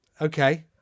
Okay